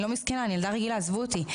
אני לא מסכנה, אני ילדה רגילה, עזבו אותי.